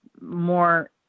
more